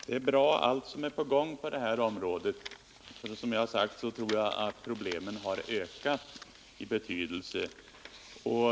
Fru talman! Allt som är på gång inom detta område är bra, för som jag har sagt tror jag att problemen har ökat i betydelse.